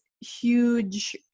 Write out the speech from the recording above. huge